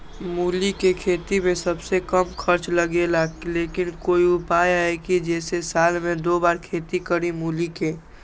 मूली के खेती में सबसे कम खर्च लगेला लेकिन कोई उपाय है कि जेसे साल में दो बार खेती करी मूली के?